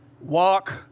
walk